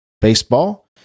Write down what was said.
baseball